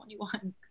21